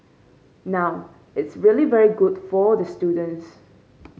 now it's really very good for the students